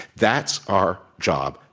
that's our job.